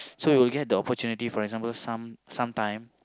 so we will get the opportunity for example some sometimes